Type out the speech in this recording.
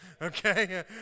Okay